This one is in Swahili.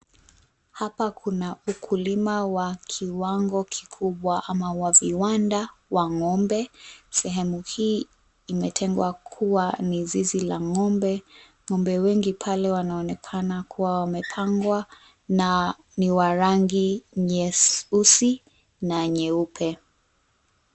Hapa kuna ukulima wa kiwango kikubwa ama wa viwanda wa ng'ombe. Sehemu hii imetengwa kuwa ni zizi la ng'ombe. Ng'ombe wengi pale wanaonekana kuwa wamepangwa na ni wa rangi nyeusi na nyeupe.